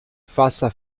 faça